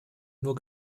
nur